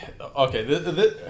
okay